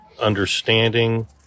understanding